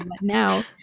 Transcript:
now